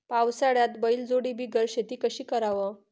पावसाळ्यात बैलजोडी बिगर शेती कशी कराव?